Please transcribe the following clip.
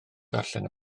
darllen